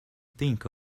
think